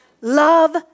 Love